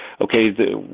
okay